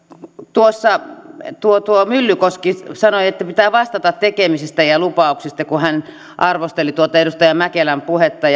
tuossa myllykoski sanoi että pitää vastata tekemisistä ja lupauksista kun hän arvosteli tuota edustaja mäkelän puhetta